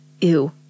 Ew